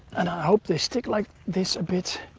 and i hope they stick like this a bit.